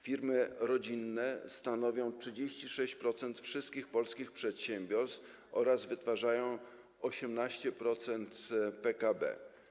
Firmy rodzinne stanowią 36% wszystkich polskich przedsiębiorstw oraz wytwarzają 18% PKB.